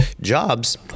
jobs